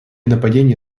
нападения